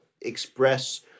express